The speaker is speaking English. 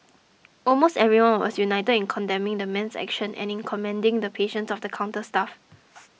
almost everyone was united in condemning the man's actions and in commending the patience of the counter staff